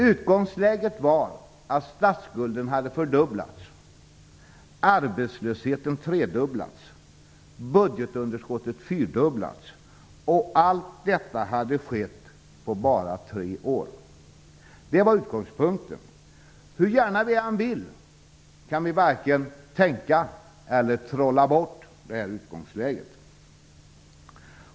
Utgångsläget var att statsskulden hade fördubblats, arbetslösheten tredubblats, budgetunderskottet fyrdubblats, och allt detta hade skett på bara tre år. Det var utgångspunkten. Hur gärna vi än vill kan vi varken tänka eller trolla bort det här utgångsläget.